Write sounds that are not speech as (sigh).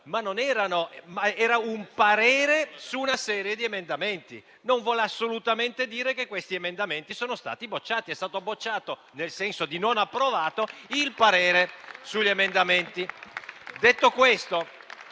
era un parere su una serie di emendamenti e ciò non significa assolutamente che questi emendamenti siano stati bocciati. È stato bocciato (nel senso di non approvato) il parere sugli emendamenti. (applause)